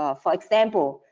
ah for example,